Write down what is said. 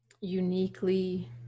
Uniquely